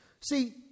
See